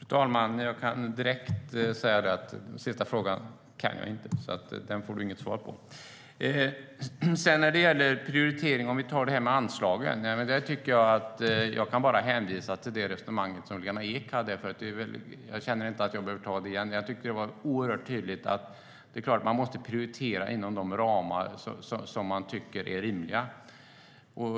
Fru talman! Jag kan direkt säga att jag inte kan svara på den sista frågan. Den får Jens Holm inget svar på. Sedan var det frågan om prioritering av anslagen. Jag kan bara hänvisa till det resonemang som Lena Ek förde. Jag känner inte att jag behöver ta upp det igen. Jag tyckte att det var oerhört tydligt att det är klart att man måste prioritera inom de ramar man tycker är rimliga.